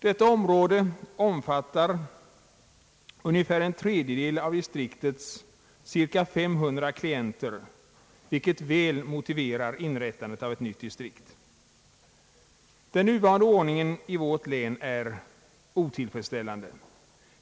Detta område omfattar ungefär en tredjedel av distriktets cirka 500 klienter, vilket väl motiverar inrättandet av ett nytt distrikt. Den nuvarande ordningen i vårt län är otillfredsställande.